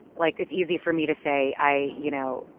like, it's easy for me to say. i you know,